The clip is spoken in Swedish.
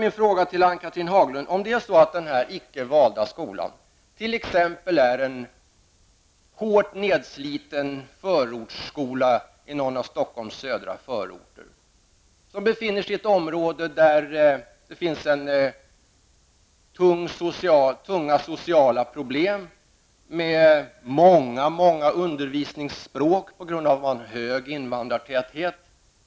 Men då vill jag fråga: Hur blir det då med en icke vald skola -- det kan t.ex. gälla en hårt nedsliten förortsskola i en av Stockholms södra förorter, en skola som finns i ett område där det råder tunga sociala problem och där det förekommer många undervisningsspråk på grund av hög invandrartäthet?